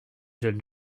jeunes